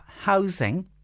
housing